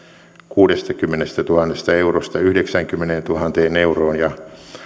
kuudestakymmenestätuhannesta eurosta yhdeksäänkymmeneentuhanteen euroon ja